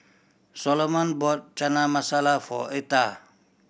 Soloman bought Chana Masala for Eartha